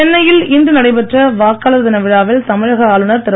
சென்னையில் இன்று நடைபெற்ற வாக்காளர் தின விழாவில் தமிழக ஆளுநர் திரு